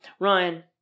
Ryan